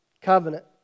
covenant